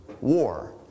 war